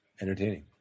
entertaining